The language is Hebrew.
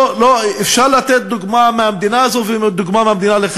אפשר לתת דוגמה מהמדינה הזו ודוגמה מהמדינה.